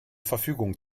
verfügung